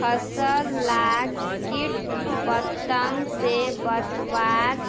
फसल लाक किट पतंग से बचवार